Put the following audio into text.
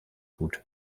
gut